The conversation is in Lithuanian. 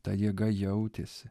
ta jėga jautėsi